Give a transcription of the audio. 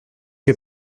que